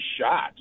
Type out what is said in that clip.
shot